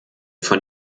von